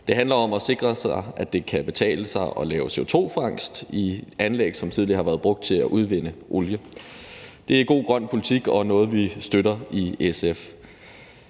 Det handler om at sikre sig, at det kan betale sig at lave CO2-fangst i anlæg, som tidligere har været brugt til at udvinde olie. Det er god grøn politik og noget, vi støtter i SF.